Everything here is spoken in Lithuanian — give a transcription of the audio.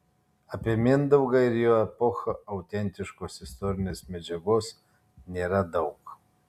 apie mindaugą ir jo epochą autentiškos istorinės medžiagos nėra daug